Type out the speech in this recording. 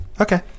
Okay